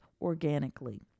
organically